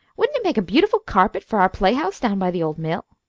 wouldn't it make a beautiful carpet for our playhouse down by the old mill?